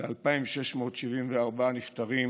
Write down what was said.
ל-2,674 נפטרים,